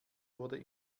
wurde